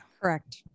Correct